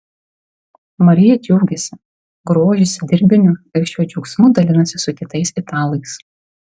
marija džiaugiasi grožisi dirbiniu ir šiuo džiaugsmu dalinasi su kitais italais